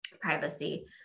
privacy